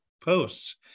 posts